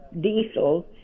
diesel